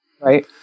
Right